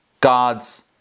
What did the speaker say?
God's